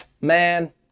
Man